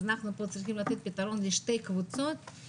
כך אנחנו צריכים לתת פתרון לשתי קבוצות.